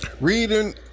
Reading